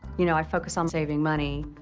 you know, i focus on saving money,